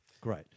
Great